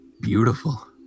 Beautiful